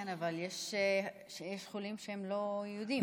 כן, אבל יש חולים שהם לא יהודים.